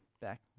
back